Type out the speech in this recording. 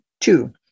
Two